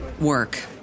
work